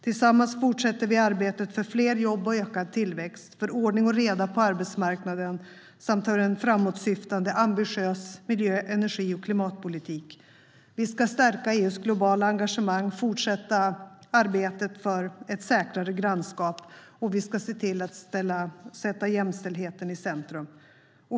Tillsammans fortsätter vi arbetet för fler jobb och ökad tillväxt, för ordning och reda på arbetsmarknaden samt för en framåtsyftande ambitiös miljö, energi och klimatpolitik. Vi ska stärka EU:s globala engagemang och fortsätta arbetet för ett säkrare grannskap, och vi ska sätta jämställdheten i centrum.